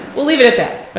we'll leave it at that.